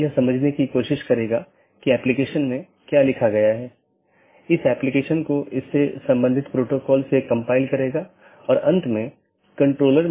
यहाँ multi home AS के 2 या अधिक AS या उससे भी अधिक AS के ऑटॉनमस सिस्टम के कनेक्शन हैं